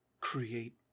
create